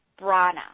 brana